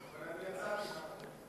אני יצאתי מהחוק הזה.